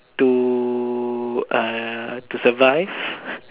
to uh to survive